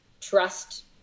trust